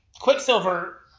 Quicksilver